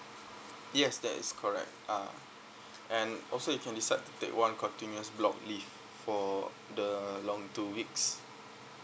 yes that is correct ah and also you can decide to take one continuous block leave for the long two weeks